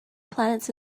planets